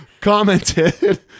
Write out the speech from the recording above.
commented